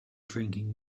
drinking